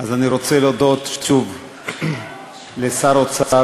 אז אני רוצה להודות שוב לשר האוצר,